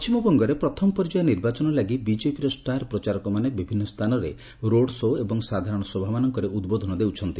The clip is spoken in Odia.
ପଣ୍ଟିମବଙ୍ଗରେ ପ୍ରଥମ ପର୍ଯ୍ୟାୟ ନିର୍ବାଚନ ଲାଗି ବିକେପିର ଷ୍ଟାର୍ ପ୍ରଚାରକମାନେ ବିଭିନ୍ନ ସ୍ଥାନରେ ରୋଡ୍ ଶୋ' ଏବଂ ସାଧାରଣ ସଭାମାନଙ୍କରେ ଉଦ୍ବୋଧନ ଦେଉଛନ୍ତି